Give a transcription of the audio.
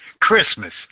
Christmas